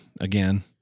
again